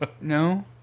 No